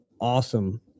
awesome